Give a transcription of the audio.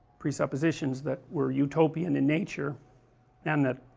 presuppositions that were utopian in nature and that